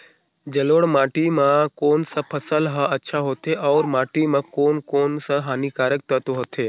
जलोढ़ माटी मां कोन सा फसल ह अच्छा होथे अउर माटी म कोन कोन स हानिकारक तत्व होथे?